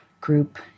group